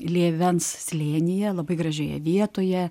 lėvens slėnyje labai gražioje vietoje